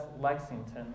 Lexington